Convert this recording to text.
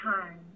time